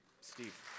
Steve